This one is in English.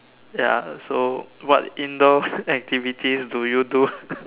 yeah so what indoor activities do you do